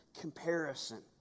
comparison